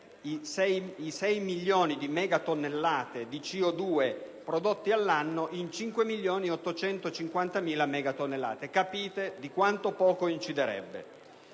i 6 milioni di megatonnellate di CO2 prodotti all'anno a 5.850.000 megatonnellate. Capite dunque quanto poco inciderebbe.